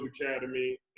Academy